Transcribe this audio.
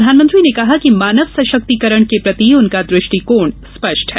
प्रधानमंत्री ने कहा कि मानव सशक्तिकरण के प्रति उनका दृष्टिकोण स्पष्ट है